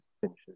finishes